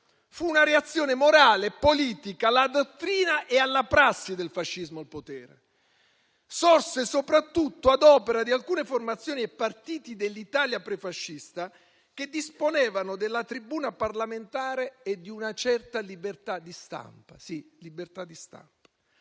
fu una reazione morale e politica alla dottrina e alla prassi del fascismo al potere. Sorse soprattutto ad opera di alcune formazioni e partiti dell'Italia prefascista che disponevano della tribuna parlamentare e di una certa libertà di stampa;